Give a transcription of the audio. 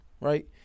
right